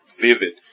Vivid